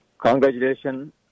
Congratulations